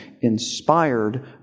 Inspired